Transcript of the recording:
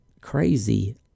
crazy